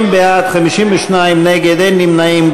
50 בעד, 52 נגד, אין נמנעים.